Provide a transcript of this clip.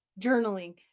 journaling